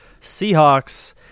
Seahawks